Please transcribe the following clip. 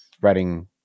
writing